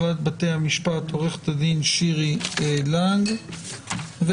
עורכת הדין שירי לנג מהנהלת בתי המשפט